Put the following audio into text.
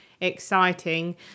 exciting